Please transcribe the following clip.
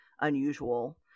unusual